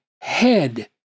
head